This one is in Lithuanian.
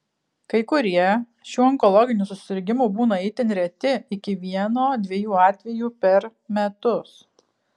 kai kurie šių onkologinių susirgimų būna itin reti iki vieno dviejų atvejų per metus